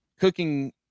cooking